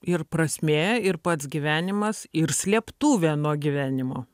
ir prasmė ir pats gyvenimas ir slėptuvė nuo gyvenimo